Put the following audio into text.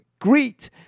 greet